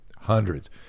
hundreds